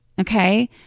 Okay